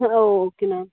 okay ma'am